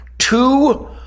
two